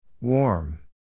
Warm